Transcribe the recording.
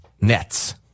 nets